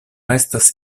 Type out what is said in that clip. estas